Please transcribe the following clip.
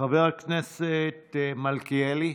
חבר הכנסת מלכיאלי.